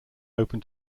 open